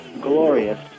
glorious